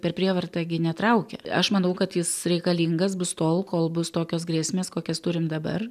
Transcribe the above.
per prievartą gi netraukia aš manau kad jis reikalingas bus tol kol bus tokios grėsmės kokias turim dabar